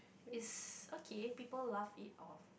it's okay people laugh it off